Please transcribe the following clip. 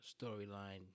storyline